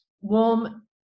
warm